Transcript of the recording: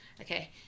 Okay